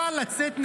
קל לצאת נגדו,